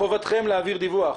חובתכם להעביר דיווח.